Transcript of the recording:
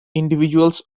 individuals